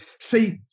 See